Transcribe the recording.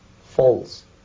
False